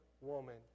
woman